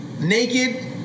naked